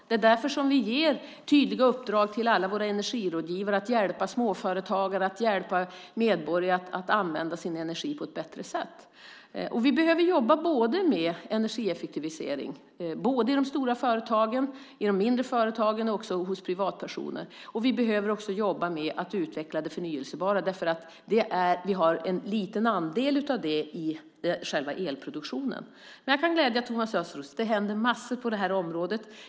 Det är därför som vi ger tydliga uppdrag till alla våra energirådgivare att hjälpa småföretagare och medborgare att använda sin energi på ett bättre sätt. Vi behöver jobba med energieffektivisering både i de stora och de mindre företagen och också hos privatpersoner. Vi behöver också jobba med att utveckla det förnybara, därför att vi har en liten andel av det i själva elproduktionen. Jag kan glädja Thomas Östros med att det händer massor på det här området.